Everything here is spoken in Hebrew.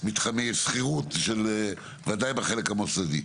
מתחמי שכירות, בוודאי בחלק המוסדי.